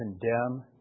condemn